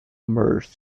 merged